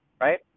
right